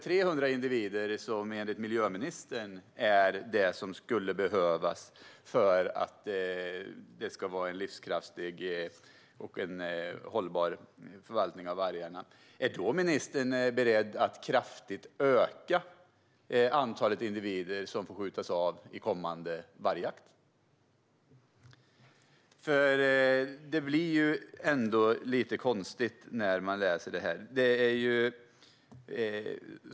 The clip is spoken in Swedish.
Om det enligt miljöministern behövs 300 individer för att det ska vara en livskraftig och hållbar förvaltning av vargarna, är ministern då beredd att kraftigt öka antalet individer som får skjutas av i kommande vargjakt? Det blir lite konstigt när man läser detta.